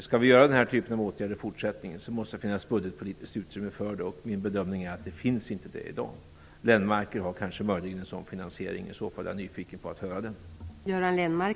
Skall vi vidta den typen av åtgärder i fortsättningen måste det finnas budgetpolitiskt utrymme för dem och min bedömning är att det inte finns det i dag. Göran Lennmarker har möjligen en sådan finansiering. I så fall är jag nyfiken på att höra hur den ser ut.